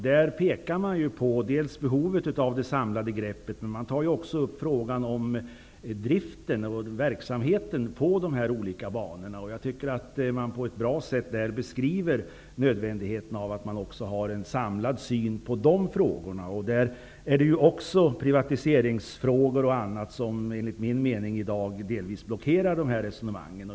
Där pekar de på behovet av det samlade greppet, men de tar också upp frågan om driften och verksamheten på de olika banorna. Jag tycker att de på ett bra sätt beskriver nödvändigheten av en samlad syn också på dessa frågor. Även där är det privatiseringsfrågor som, enligt min mening, i dag delvis blockerar resonemangen.